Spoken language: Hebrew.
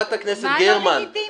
חברת הכנסת גרמן --- מה לא לגיטימי?